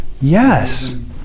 Yes